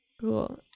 cool